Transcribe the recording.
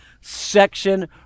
section